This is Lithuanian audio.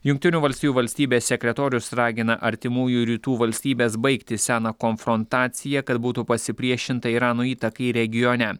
jungtinių valstijų valstybės sekretorius ragina artimųjų rytų valstybes baigti seną konfrontaciją kad būtų pasipriešinta irano įtakai regione